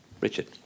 Richard